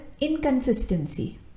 Inconsistency